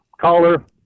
caller